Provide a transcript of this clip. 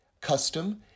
custom